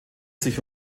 sich